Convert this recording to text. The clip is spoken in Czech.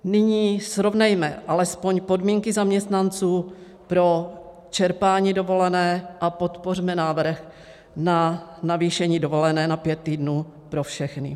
Nyní srovnejme alespoň podmínky zaměstnanců pro čerpání dovolené a podpořme návrh na navýšení dovolené na pět týdnů pro všechny.